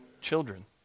children